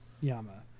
Yama